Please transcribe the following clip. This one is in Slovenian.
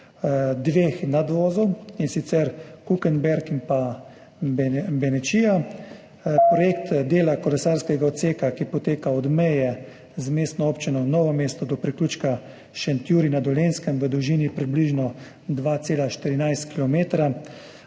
dveh nadvozov, in sicer Kukenberg in Benečija. Projekt dela kolesarskega odseka, ki poteka od meje z Mestno občino Novo mesto do priključka Šentjurij na Dolenjskem v dolžini približno 2,14